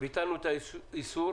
ביטלנו את האיסור